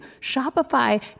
Shopify